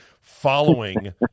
following